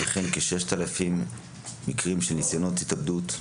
וכן כ-6,000 מקרים של ניסיונות התאבדות.